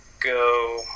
go